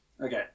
Okay